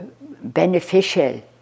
beneficial